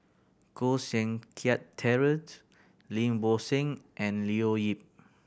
Koh Seng Kiat Terent Lim Bo Seng and Leo Yip